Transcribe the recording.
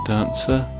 Dancer